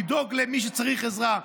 לדאוג למי שצריך עזרה.